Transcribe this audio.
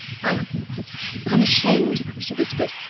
i'm i'm ashamed, she whispered.